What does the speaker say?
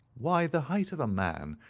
why, the height of a man,